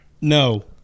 no